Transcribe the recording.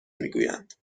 میگویند